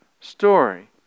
story